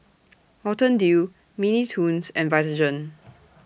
Mountain Dew Mini Toons and Vitagen